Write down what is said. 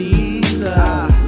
Jesus